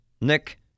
Nick